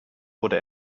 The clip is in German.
wurde